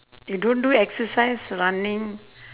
you don't do exercise running